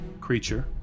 creature